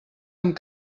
amb